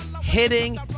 hitting